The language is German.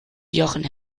jochen